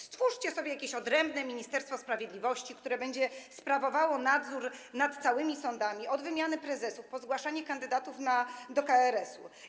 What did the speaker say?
Stwórzcie sobie jakieś odrębne ministerstwo sprawiedliwości, które będzie sprawowało nadzór nad wszystkimi sądami, od wymiany prezesów po zgłaszanie kandydatów do KRS-u.